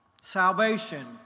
Salvation